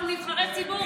אנחנו נבחרי ציבור.